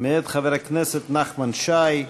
מאת חבר הכנסת נחמן שי,